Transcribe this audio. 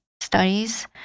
studies